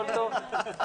הכול טוב.